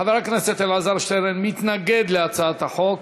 חבר הכנסת אלעזר שטרן מתנגד להצעת החוק.